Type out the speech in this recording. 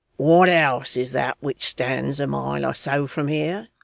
what house is that which stands a mile or so from here